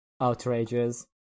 Outrageous